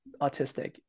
autistic